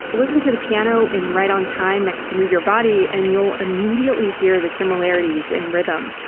listen to the piano in ride on time next to move your body and you'll immediately hear the similarities in rhythm.